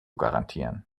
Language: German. garantieren